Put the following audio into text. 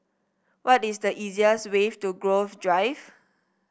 what is the easiest way to Grove Drive